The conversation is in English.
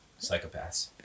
Psychopaths